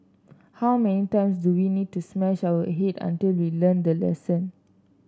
how many times do we need to smash our head until we learn the lesson